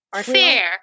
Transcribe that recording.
Fair